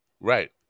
Right